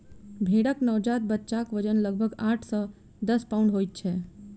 भेंड़क नवजात बच्चाक वजन लगभग आठ सॅ दस पाउण्ड होइत छै